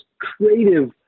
creative